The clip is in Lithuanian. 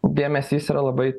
dėmesys yra labai